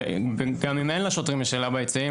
וגם אם אין לשוטרים --- ביציעים,